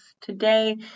Today